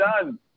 done